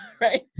right